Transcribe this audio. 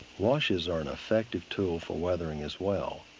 washes are an effective tool for weathering as well.